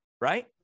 right